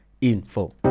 info